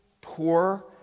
poor